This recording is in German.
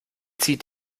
zieht